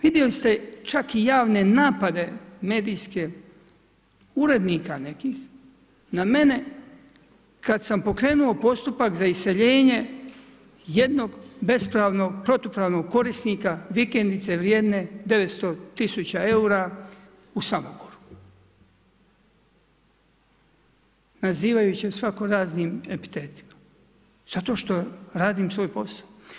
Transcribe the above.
Vidjeli ste čak i javne napade medijske urednika nekih na mene kad sam pokrenuo postupak za iseljenje jednog bespravnog protupravnog korisnika vikendice vrijedne 900 tisuća eura u Samoboru nazivajući je svakoraznim epitetima zato što radim svoj posao.